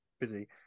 busy